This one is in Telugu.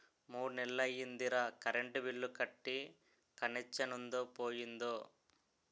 మూడ్నెల్లయ్యిందిరా కరెంటు బిల్లు కట్టీ కనెచ్చనుందో పోయిందో